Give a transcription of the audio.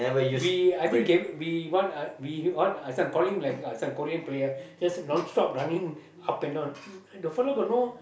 we I think came want we call him some Korean player just run up and down the fella got no